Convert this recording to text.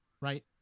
right